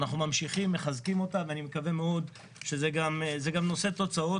אנחנו ממשיכים, מחזקים אותם, וזה גם נושא תוצאות.